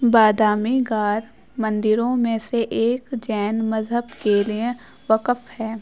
بادامی گار مندروں میں سے ایک جین مذہب کے لیے وقف ہیں